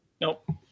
Nope